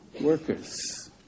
workers